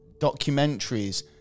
documentaries